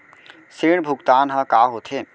ऋण भुगतान ह का होथे?